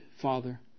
Father